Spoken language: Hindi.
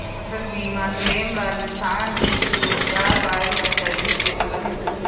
फसल बीमा क्लेम राजस्थान लिस्ट दो हज़ार बाईस कैसे चेक करें?